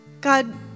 God